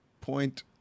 point